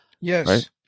Yes